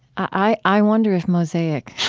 i i wonder if mosaic,